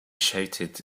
shouted